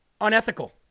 unethical